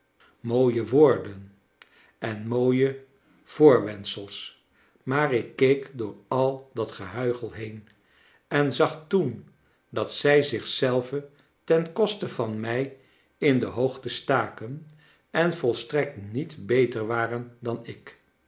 mooie woorden en mooie voorwendsels maar ik keek door al dat ge huichel heen en zag toen dat zij zich zelve ten koste van mij in de hoogte staken en volstrekt niet beter waren dan ik